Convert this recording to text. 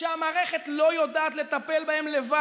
שהמערכת לא יודעת לטפל בהן לבד,